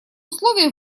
условий